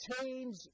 change